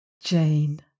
Jane